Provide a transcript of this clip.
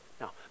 Now